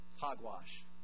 hogwash